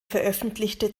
veröffentlichte